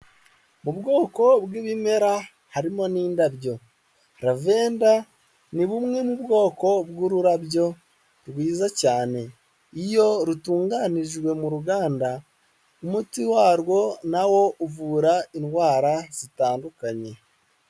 Mu bwoko bw'ibimera harimo n'indabyo. Lavenda ni bumwe mu bwoko bw'ururabyo rwiza cyane. Iyo rutunganijwe mu ruganda, umuti warwo na wo uvura indwara zitandukanye.